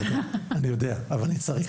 אני יודע, אבל אני צריך.